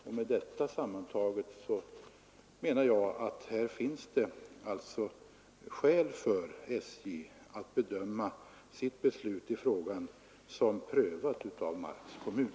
Allt detta gör, menar jag, att det finns skäl för SJ att bedöma det så att dess beslut i frågan är prövat av Marks kommun.